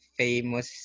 famous